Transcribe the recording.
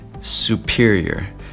superior